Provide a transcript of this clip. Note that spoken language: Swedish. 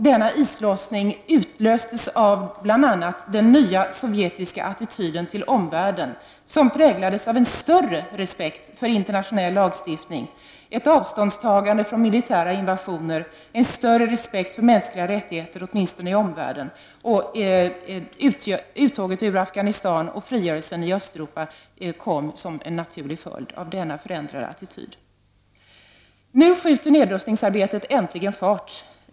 Denna islossning utlöstes bl.a. av Sovjets nya attityd till omvärlden som präglades av en större respekt för internationell lagstiftning, av ett avståndstagande från militära invasioner, av en större respekt för mänskliga rättigheter, åtminstone i omvärlden, av uttåget ur Afghanistan och av frigörelsen i Östeuropa — detta blev den naturliga följden av denna förändrade attityd. Nu skjuter nedrustningsarbetet äntligen fart.